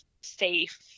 safe